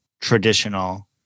traditional